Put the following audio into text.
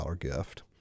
gift